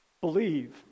believe